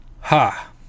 Ha